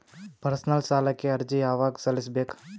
Personal ಸಾಲಕ್ಕೆ ಅರ್ಜಿ ಯವಾಗ ಸಲ್ಲಿಸಬೇಕು?